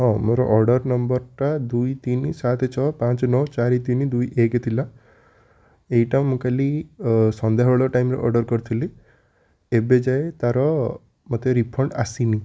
ହଁ ମୋର ଅର୍ଡ଼ର ନମ୍ବରଟା ଦୁଇ ତିନି ସାତ ଛଅ ପାଞ୍ଚ ନଅ ଚାରି ତିନି ଦୁଇ ଏକ ଥିଲା ଏଇଟା ମୁଁ କାଲି ସନ୍ଧ୍ୟାବେଳ ଟାଇମ୍ରେ ଅର୍ଡ଼ର କରିଥିଲି ଏବେ ଯାଏଁ ତା'ର ମୋତେ ରିଫଣ୍ଡ ଆସିନି